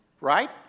right